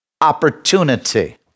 opportunity